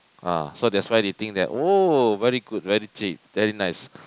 ah so that's why they think that oh very good very cheap very nice